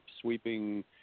sweeping